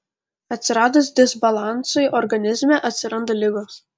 atsiradus disbalansui organizme atsiranda ligos